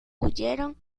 huyeron